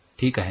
ठीक आहे ना